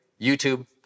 YouTube